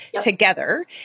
together